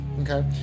okay